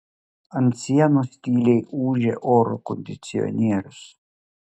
ant sienos tyliai ūžė oro kondicionierius